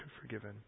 forgiven